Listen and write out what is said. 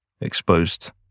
exposed